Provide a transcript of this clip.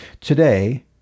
Today